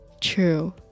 true